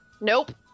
Nope